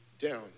down